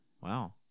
Wow